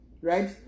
right